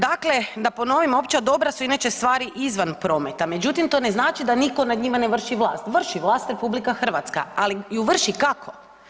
Dakle, da ponovim, opća dobra su inače stvari izvan prometa, međutim, to ne znači da nitko nad njima ne vrši vlast, vrši vlast RH, ali ju vrši, kako?